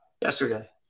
yesterday